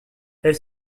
elle